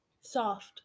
soft